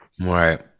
Right